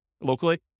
locally